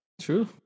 True